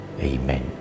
amen